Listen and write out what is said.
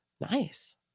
Nice